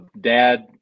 Dad